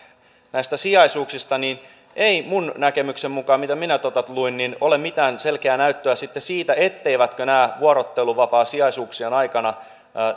näistä sijaisuuksista ei minun näkemykseni mukaan mitä minä tuota luin ole mitään selkeää näyttöä siitä etteivätkö nämä vuorotteluvapaasijaisuuksien aikana